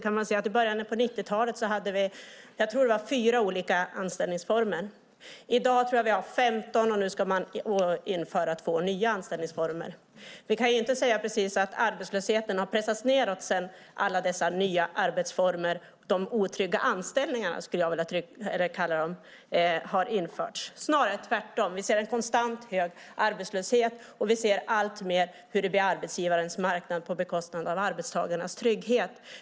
Jag tror att vi hade 4 olika anställningsformer i början av 90-talet. I dag tror jag att vi har 15, och nu ska införa två nya anställningsformer. Man kan inte säga att arbetslösheten har pressats nedåt sedan alla dessa nya anställningsformer, eller de otrygga anställningarna som jag skulle vilja kalla dem, har införts. Det är snarare tvärtom. Vi ser en konstant hög arbetslöshet, och vi ser hur det alltmer blir arbetsgivarens marknad på bekostnad av arbetstagarnas trygghet.